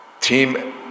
team